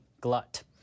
glut